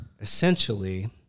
essentially